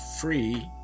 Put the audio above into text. free